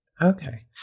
okay